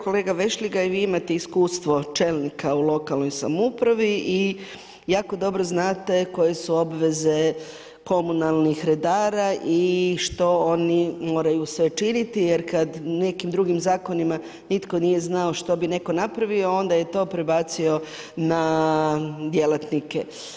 Kolega Vešligaj vi imate iskustvo čelnika u lokalnoj samoupravi i jako dobro znate koje su obveze komunalnih redara i što oni moraju sve činiti jer kad nekim drugim zakonima nitko nije znao što bi neko napravio onda je to prebacio na djelatnike.